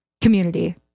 community